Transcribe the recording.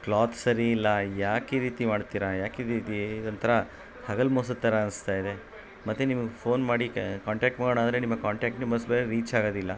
cloth ಸರಿ ಇಲ್ಲ ಯಾಕೆ ಈ ರೀತಿ ಮಾಡ್ತೀರಾ ಯಾಕೆ ಈ ರೀತಿ ಒಂಥರ ಹಗಲು ಮೋಸದ ಥರ ಅನಿಸ್ತಾಯಿದೆ ಮತ್ತು ನಿಮಗೆ ಫೋನ್ ಮಾಡಿ ಕಾಂಟ್ಯಾಕ್ಟ್ ಮಾಡೋಣ ಅಂದರೆ ನಿಮಿಗೆ ಕಾಂಟ್ಯಾಕ್ಟ್ ರೀಚಾಗದಿಲ್ಲ